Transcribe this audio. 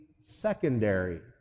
secondary